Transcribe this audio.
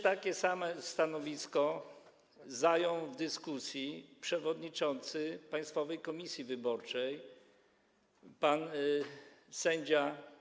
Takie samo stanowisko zajął w dyskusji przewodniczący Państwowej Komisji Wyborczej pan sędzia.